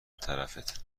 طرفت